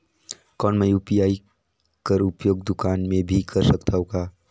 कौन मै यू.पी.आई कर उपयोग दुकान मे भी कर सकथव का?